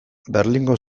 berlingo